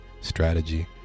strategy